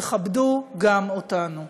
תכבדו גם אותנו.